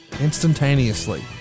instantaneously